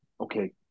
okay